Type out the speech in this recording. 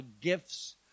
gifts